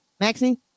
Maxine